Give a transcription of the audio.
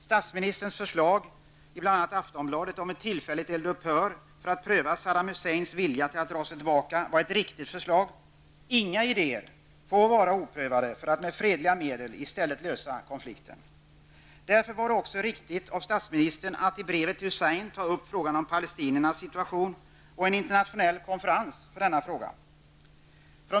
Statsministerns förslag, som har stått att läsa i bl.a. Aftonbladet, om ett tillfälligt eldupphör för att pröva Saddam Husseins vilja att dra sig tillbaka var ett riktigt förslag. Inga idéer får vara oprövade när det gäller att med fredliga medel lösa konflikten. Därför var det också riktigt av statsministern att i brevet till Hussein ta upp frågan om palestiniernas situation och frågan om en internationell konferens i denna fråga.